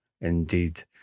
indeed